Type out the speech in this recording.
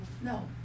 No